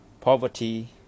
poverty